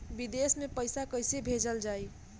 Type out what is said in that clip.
विदेश में पईसा कैसे भेजल जाई?